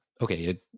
okay